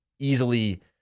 easily